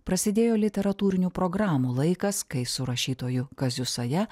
prasidėjo literatūrinių programų laikas kai su rašytoju kaziu saja